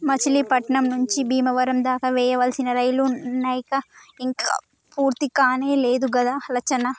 మచిలీపట్నం నుంచి బీమవరం దాకా వేయాల్సిన రైలు నైన ఇంక పూర్తికానే లేదు గదా లచ్చన్న